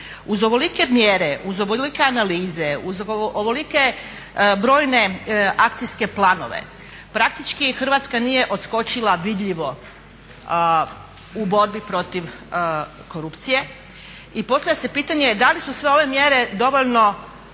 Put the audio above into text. Uz ovolike mjere, uz ovolike analize, uz ovolike brojne akcijske planovi praktički Hrvatska nije odskočila vidljivo u borbi protiv korupcije i postavlja se pitanje da li su sve ove mjere dovoljno